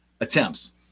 attempts